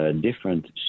different